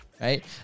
right